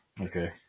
Okay